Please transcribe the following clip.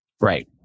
right